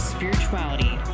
Spirituality